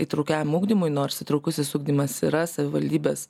įtraukiajam ugdymui nors įtraukusis ugdymas yra savivaldybės